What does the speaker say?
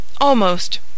Almost